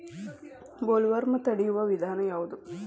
Bollworm ತಡಿಯು ವಿಧಾನ ಯಾವ್ದು?